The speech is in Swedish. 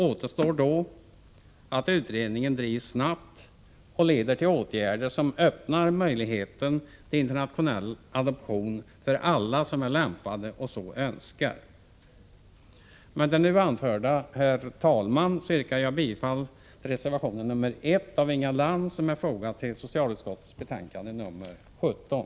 Återstår då att utredningen drivs snabbt och leder till åtgärder som öppnar möjligheten till internationell adoption för alla som är lämpade och så önskar. Med det nu anförda, herr talman, yrkar jag bifall till reservation nr 1 som av Inga Lantz fogats till socialutskottets betänkande nr 17.